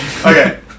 Okay